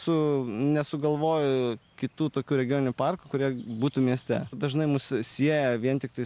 su nesugalvoju kitų tokių regioninių parkų kurie būtų mieste dažnai mus sieja vien tiktai